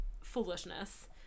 foolishness